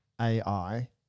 AI